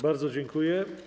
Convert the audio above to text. Bardzo dziękuję.